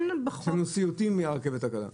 יש לנו סיוטים מהרכבת הקלה.